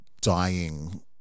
dying